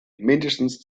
mindestens